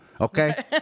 Okay